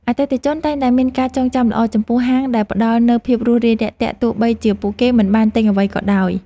អតិថិជនតែងតែមានការចងចាំល្អចំពោះហាងដែលផ្តល់នូវភាពរួសរាយរាក់ទាក់ទោះបីជាពួកគេមិនបានទិញអ្វីក៏ដោយ។